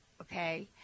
okay